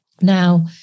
Now